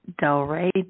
Delray